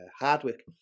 Hardwick